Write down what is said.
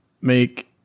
make